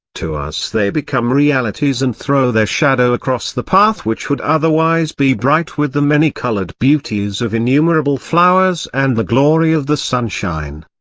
to us they become realities and throw their shadow across the path which would otherwise be bright with the many-coloured beauties of innumerable flowers and the glory of the sunshine.